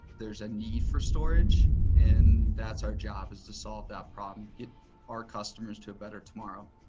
there's a need for storage and that's our job, is to solve that problem, get our customers to a better tomorrow.